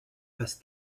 passe